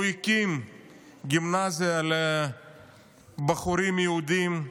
הוא הקים גימנסיה לבחורים יהודים,